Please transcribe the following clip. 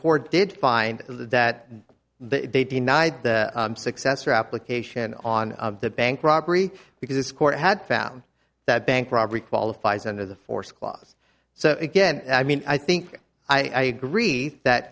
court did find the that they denied the successor application on the bank robbery because this court had found that bank robbery qualifies under the force clause so again i mean i think i agree that